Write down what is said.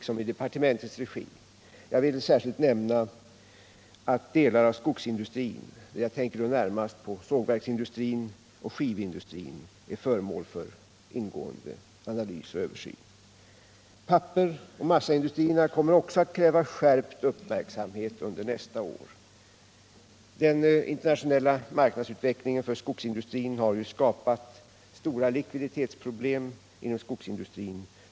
Jag vill särskilt nämna att delar av skogsindustrin — jag tänker närmast på sågverksindustrin och skivindustrin — är föremål för ingående analys och översyn. Också pappersoch massaindustrierna kommer att kräva skärpt uppmärksamhet under nästa år. Den internationella marknadsutvecklingen för skogsindustrin har ju skapat stora likviditetsproblem för denna näringsgren.